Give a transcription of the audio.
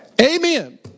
Amen